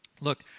look